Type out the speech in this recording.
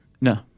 No